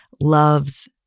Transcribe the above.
love's